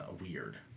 weird